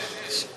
יש, יש.